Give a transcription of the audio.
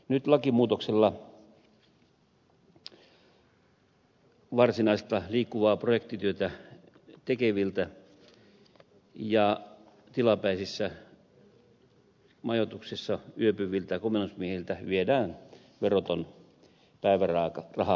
nyt lakimuutoksella varsinaista liikkuvaa projektityötä tekeviltä ja tilapäisissä majoituksissa yöpyviltä komennusmiehiltä viedään veroton päivärahaoikeus